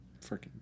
Freaking